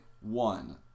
one